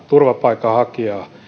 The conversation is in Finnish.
turvapaikanhakijaa